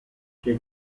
che